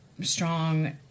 strong